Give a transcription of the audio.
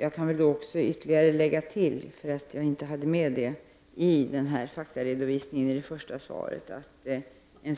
Jag kan tillägga till min faktaredovisning att